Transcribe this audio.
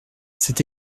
cet